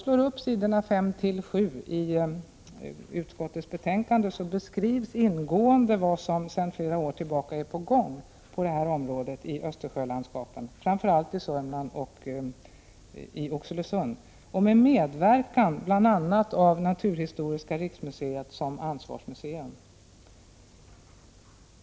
På s. 5-7 i utskottsbetänkandet beskrivs ingående vad som sedan flera år tillbaka är på gång på detta område i Östersjölandskapen, framför allt i Oxelösund och i övriga Södermanland med medverkan bl.a. av naturhistoriska riksmuseet som ansvarsmuseum.